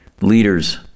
leaders